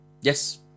Yes